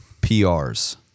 PRs